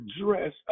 dress